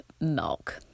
milk